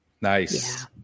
Nice